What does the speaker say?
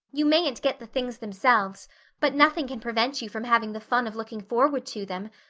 you mayn't get the things themselves but nothing can prevent you from having the fun of looking forward to them.